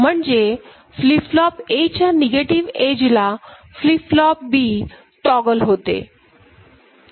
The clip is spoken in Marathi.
म्हणजे फ्लिप फ्लॉप A च्या नेगेटिव्ह एज ला फ्लिप फ्लॉप B टॉगल होते